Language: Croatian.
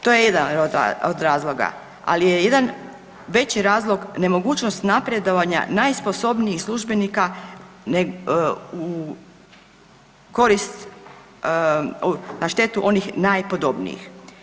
To je jedan od razloga, ali je jedan veći razlog nemogućnost napredovanja najsposobnijih službenika u korist, na štetu onih najpodobnijih.